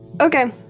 Okay